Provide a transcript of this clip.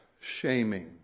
shaming